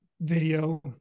video